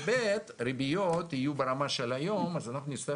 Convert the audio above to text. וב' הריביות יהיו ברמה של היום אז אנחנו נצטרך